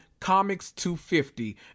COMICS250